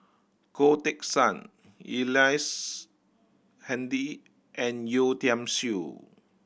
Goh Teck Sian Ellice Handy and Yeo Tiam Siew